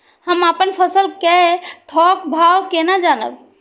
हम अपन फसल कै थौक भाव केना जानब?